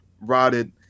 rotted